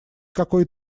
какой